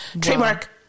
trademark